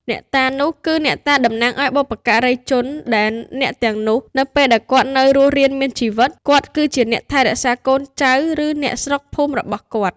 អ្នកតានោះគឺអ្នកតាតំណាងឲ្យបុព្វការីជន ដែលអ្នកទាំងនោះនៅពេលដែលគាត់នៅរស់រានមានជីវិតគាត់គឺជាអ្នកថែរក្សាកូនចៅឬអ្នកស្រុកភូមិរបស់គាត់។